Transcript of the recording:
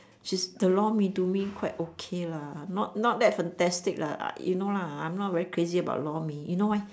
she's the lor-mee to me quite okay lah not not that fantastic lah you know lah I'm not very crazy about lor-mee you know why